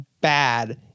bad